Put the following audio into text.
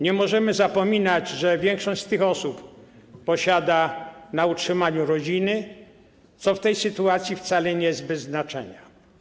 Nie możemy zapominać, że większość z tych osób posiada na utrzymaniu rodziny, co w tej sytuacji wcale nie jest bez znaczenia.